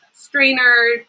Strainer